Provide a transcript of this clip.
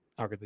arguably